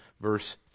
verse